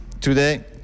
today